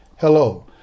Hello